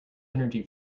energy